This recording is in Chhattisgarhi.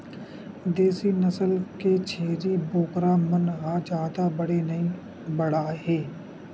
देसी नसल के छेरी बोकरा मन ह जादा बड़े नइ बाड़हय